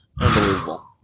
Unbelievable